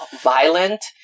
violent